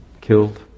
killed